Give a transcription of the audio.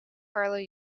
clara